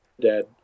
Dead